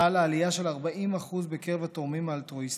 חלה עלייה של 40% בקרב התורמים האלטרואיסטים,